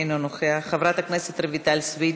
אינו נוכח, חברת הכנסת רויטל סויד,